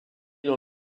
dans